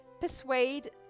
persuade